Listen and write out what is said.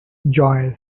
joyous